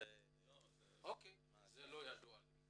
אה, מעבר לתכנית.